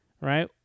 right